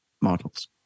models